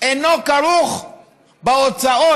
אינו כרוך בהוצאות